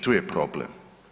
Tu je problem.